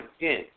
again